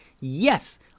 Yes